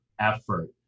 effort